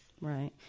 Right